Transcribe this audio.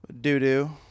doo-doo